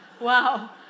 wow